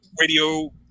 radio